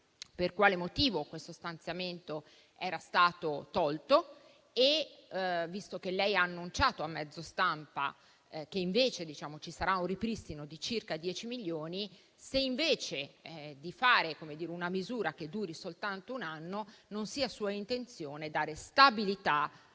per quale motivo questo stanziamento era stato tolto e, visto che ha annunciato a mezzo stampa che ci sarà un ripristino di circa 10 milioni, se invece di fare una misura che duri soltanto un anno, non sia sua intenzione dare stabilità